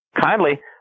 kindly